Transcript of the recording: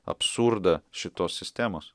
absurdą šitos sistemos